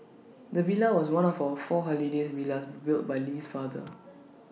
the villa was one of four holiday villas built by Lee's father